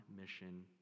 mission